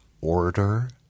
order